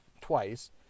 twice